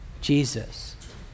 Jesus